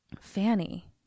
Fanny